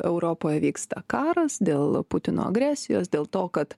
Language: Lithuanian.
europoj vyksta karas dėl putino agresijos dėl to kad